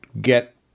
get